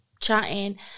chatting